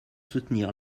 soutenir